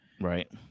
Right